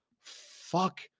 Fuck